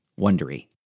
Wondery